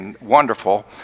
wonderful